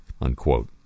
unquote